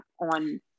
on